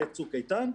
בצוק איתן,